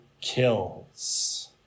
kills